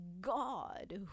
God